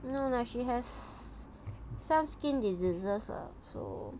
no no she has some skin diseases ah so